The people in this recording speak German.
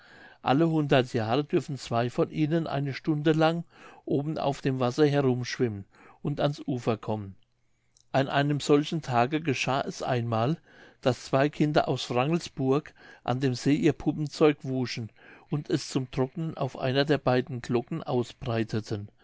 alle hundert jahre dürfen zwei von ihnen eine stunde lang oben auf dem wasser herumschwimmen und ans ufer kommen an einem solchen tage geschah es einmal daß zwei kinder aus wrangelsburg an dem see ihr puppenzeug wuschen und es zum trocknen auf einer der beiden glocken ausbreiteten